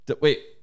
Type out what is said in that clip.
Wait